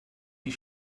die